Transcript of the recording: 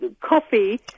coffee